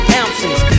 ounces